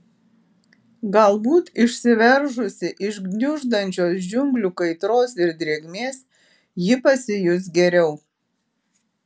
galbūt išsiveržusi iš gniuždančios džiunglių kaitros ir drėgmės ji pasijus geriau